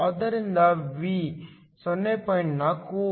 ಆದ್ದರಿಂದ V 0